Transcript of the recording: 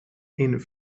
een